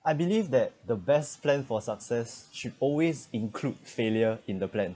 I believe that the best plan for success should always include failure in the plan